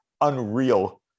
unreal